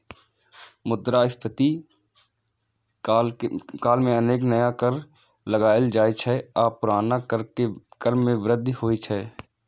मुद्रास्फीति काल मे अनेक नया कर लगाएल जाइ छै आ पुरना कर मे वृद्धि होइ छै